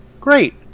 Great